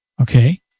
Okay